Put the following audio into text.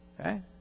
Okay